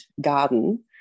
garden